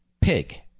pig